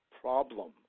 problem